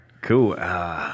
Cool